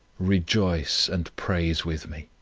rejoice and praise with me.